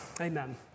Amen